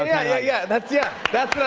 yeah, yeah, yeah. that's yeah.